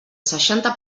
seixanta